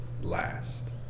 last